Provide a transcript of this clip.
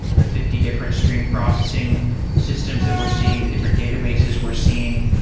the fifty different stream processing systems that we're seeing, the different databases we're seeing,